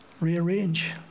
rearrange